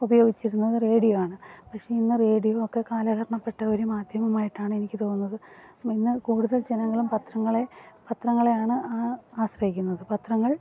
ഉപയോഗിച്ചിരുന്നത് റേഡിയോ ആണ് പക്ഷേ ഇന്ന് റേഡിയോ ഒക്കെ കാലഹരണപ്പെട്ട ഒരു മാധ്യമമായിട്ടാണ് എനിക്ക് തോന്നുന്നത് ഇന്ന് കൂടുതൽ ജനങ്ങളും പത്രങ്ങളെ പത്രങ്ങളെയാണ് ആശ്രയിക്കുന്നത് പത്രങ്ങൾ